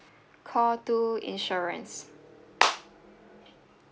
call to insurance